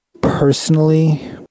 personally